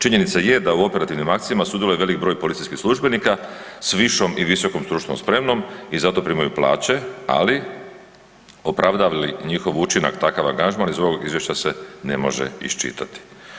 Činjenica je da u operativnim akcijama sudjeluje velik broj policijskih službenika s višom i visokom stručnom spremom i zato primaju plaće, ali opravdava li njihov učinak takav angažman iz ovog izvješća se ne može iščitati.